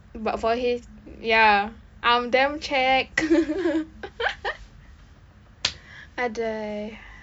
but for his ya I'm dumb check !aduh!